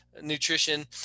nutrition